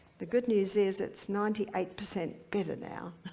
the good news is it's ninety eight percent better now.